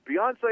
Beyonce